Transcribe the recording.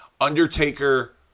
Undertaker